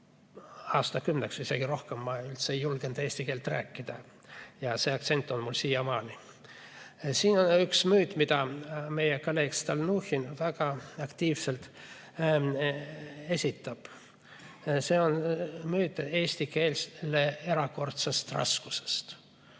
aastakümme või isegi rohkem ma üldse ei julgenud eesti keelt rääkida. See aktsent on mul siiamaani. Siin on üks müüt, mida meie kolleeg Stalnuhhin väga aktiivselt esitab. See on müüt eesti keele erakordsest raskusest.